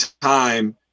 time